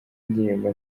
indirimbo